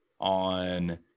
on